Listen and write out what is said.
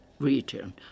Region